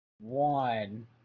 one